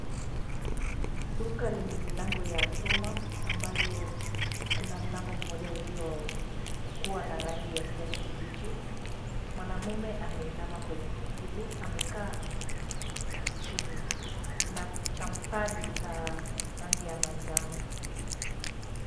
Duka lenye milango ya chuma ambayo kuna mlango mmoja uliokuwa na rangi ya kijani kibichi. Mwanaume ameinama kwenye stuli amekaa chini. Kuna champali za rangi ya manjano.